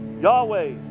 Yahweh